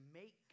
make